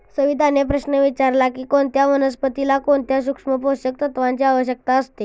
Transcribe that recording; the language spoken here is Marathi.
सविताने प्रश्न विचारला की कोणत्या वनस्पतीला कोणत्या सूक्ष्म पोषक तत्वांची आवश्यकता असते?